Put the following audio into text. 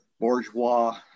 bourgeois